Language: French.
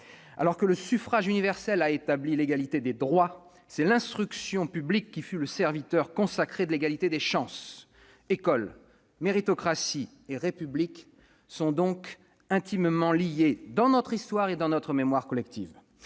Alors que le suffrage universel a établi l'égalité des droits, c'est l'instruction publique qui fut la servante consacrée de l'égalité des chances. École, méritocratie et République sont donc intimement liées dans notre histoire et notre mémoire collective.